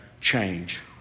change